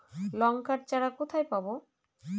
লঙ্কার চারা কোথায় পাবো?